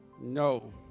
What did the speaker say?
No